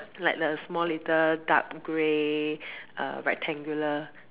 like a small little dark grey err rectangular